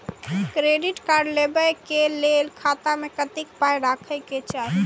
Credit card लेबै के लेल खाता मे कतेक पाय राखै के चाही?